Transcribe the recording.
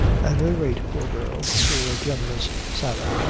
at any rate, poor girl poor, generous sarah,